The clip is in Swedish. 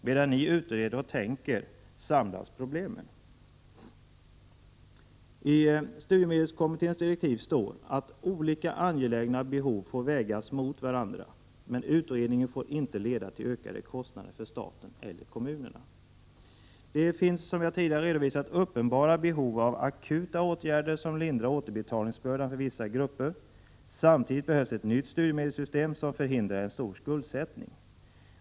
Medan ni utreder och tänker samlas problemen.” I studiemedelskommitténs direktiv står att olika angelägna behov får vägas mot varandra, men utredningen får inte leda till ökade kostnader för staten eller kommunerna. Det finns som jag tidigare redovisat uppenbara behov av akuta åtgärder som lindrar återbetalningsbördan för vissa grupper. Samtidigt behövs ett nytt studiemedelssystem som förhindrar en stor skuldsättning.